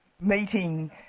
meeting